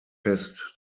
fest